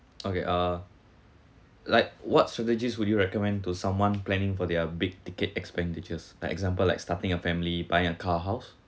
okay uh like what strategies would you recommend to someone planning for their big ticket expenditures like example like starting a family buying a car house